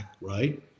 right